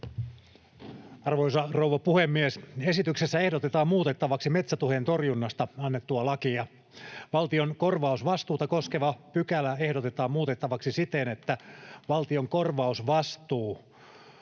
Arvoisa rouva puhemies! Esityksessä ehdotetaan muutettavaksi metsätuhojen torjunnasta annettua lakia. Valtion korvausvastuuta koskeva pykälä ehdotetaan muutettavaksi siten, että valtion korvausvastuu